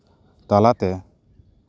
ᱛᱟᱞᱟᱛᱮ